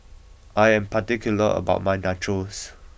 I am particular about my Nachos